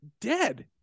dead